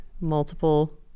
multiple